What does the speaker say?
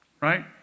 right